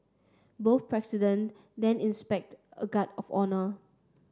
both presidents then inspected a guard of honour